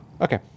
okay